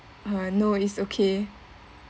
uh no it's okay